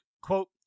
quote